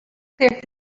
clear